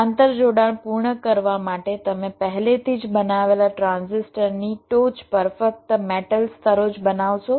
આંતરજોડાણ પૂર્ણ કરવા માટે તમે પહેલેથી જ બનાવેલા ટ્રાન્ઝિસ્ટરની ટોચ પર ફક્ત મેટલ સ્તરો જ બનાવશો